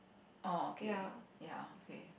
orh okay ya okay